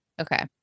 Okay